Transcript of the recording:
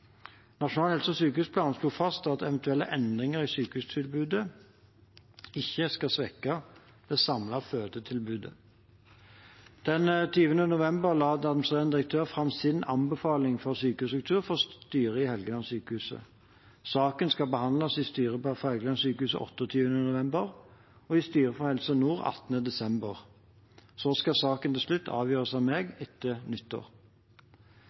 Nasjonal helse- og sykehusplan slår fast at eventuelle endringer i sykehustilbudet ikke skal svekke det samlede fødetilbudet. Den 20. november la administrerende direktør fram sin anbefaling for sykehusstruktur for styret i Helgelandssykehuset. Saken skal behandles i styret for Helgelandssykehuset 28. november og i styret for Helse Nord 18. desember. Så skal saken til slutt avgjøres av meg etter nyttår.